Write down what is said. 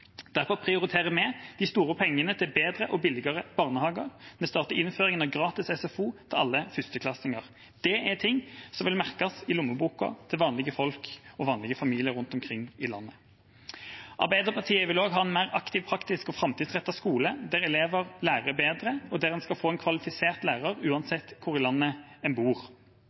Derfor prioriterer vi de store pengene til bedre og billigere barnehager, og vi starter innføring av gratis SFO til alle førsteklassinger. Det er ting som vil merkes i lommeboka til vanlige folk og vanlige familier rundt omkring i landet. Arbeiderpartiet vil også ha en mer aktiv, praktisk og framtidsrettet skole, der elever lærer bedre, og der en skal få en kvalifisert lærer uansett hvor i landet en bor.